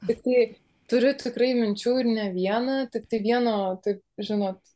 tiktai turi tikrai minčių ir ne vieną tiktai vieno taip žinot